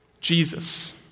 Jesus